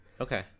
Okay